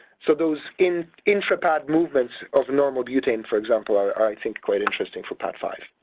so those in intra-padd movements of normal butane for example are i think quite interesting for padd five.